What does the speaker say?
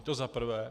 To za prvé.